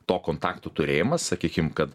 to kontakto turėjimas sakykim kad